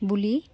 বুলি